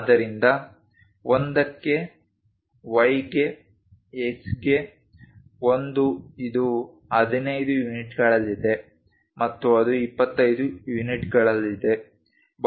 ಆದ್ದರಿಂದ 1 ಕ್ಕೆ Y ಗೆ X ಗೆ 1 ಇದು 15 ಯೂನಿಟ್ಗಳಲ್ಲಿದೆ ಮತ್ತು ಅದು 25 ಯೂನಿಟ್ಗಳಲ್ಲಿದೆ